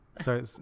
Sorry